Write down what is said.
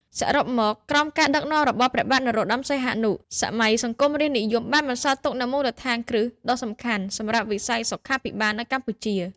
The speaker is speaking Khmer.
សរុបមក ក្រោមការដឹកនាំរបស់ព្រះបាទនរោត្តម សីហនុ សម័យសង្គមរាស្រ្តនិយមបានបន្សល់ទុកនូវមូលដ្ឋានគ្រឹះដ៏សំខាន់សម្រាប់វិស័យសុខាភិបាលនៅកម្ពុជា។